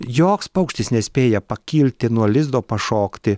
joks paukštis nespėja pakilti nuo lizdo pašokti